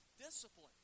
discipline